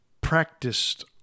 practiced